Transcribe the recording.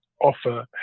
offer